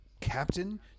captain